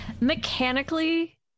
mechanically